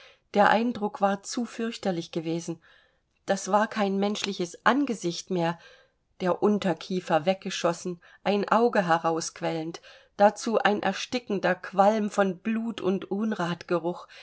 der eindruck war zu fürchterlich gewesen das war kein menschliches angesicht mehr der unterkiefer weggeschossen ein auge herausquellend dazu ein erstickender qualm von blut und